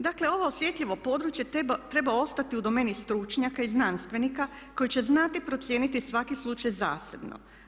Dakle, ovo osjetljivo područje treba ostati u domeni stručnjaka i znanstvenika koji će znati procijeniti svaki slučaj zasebno.